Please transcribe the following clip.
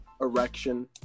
erection